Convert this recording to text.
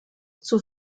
zur